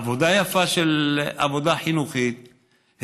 עבודה חינוכית יפה,